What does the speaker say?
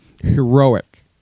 heroic